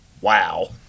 Wow